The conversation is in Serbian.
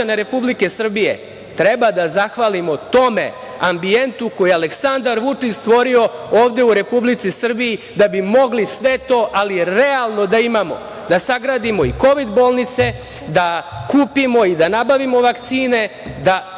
Republike Srbije treba da zahvalimo tom ambijentu koji je Aleksandar Vučić stvorio ovde u Republici Srbiji da bi mogli sve to ali realno da imamo, da sagradimo i kovid bolnice, da kupimo i da nabavimo vakcine, da